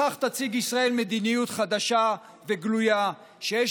בכך תציג ישראל מדיניות חדשה וגלויה שיש